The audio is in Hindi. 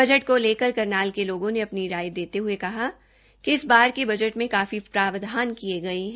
बजट को लेकर करनाल के लोगो ने अपनी राय देते हूए कहा की इस बार के बजट में काफी प्रावधान किए गए है